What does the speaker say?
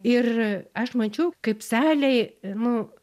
ir aš mačiau kaip salei nu